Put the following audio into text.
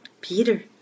Peter